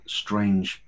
strange